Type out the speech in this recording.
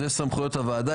זה סמכויות הוועדה.